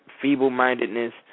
feeble-mindedness